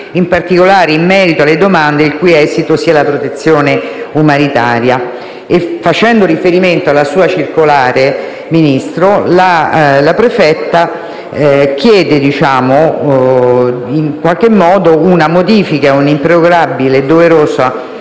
in particolare in merito alle domande il cui esito sia la protezione umanitaria. Facendo riferimento alla sua circolare, Ministro, la prefetta chiede una improrogabile e doverosa